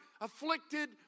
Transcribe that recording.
afflicted